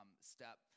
step